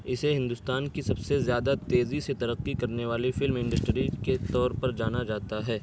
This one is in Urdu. اسے ہندوستان کی سب سے زیادہ تیزی سے ترقی کرنے والی فلم انڈسٹری کے طور پر جانا جاتا ہے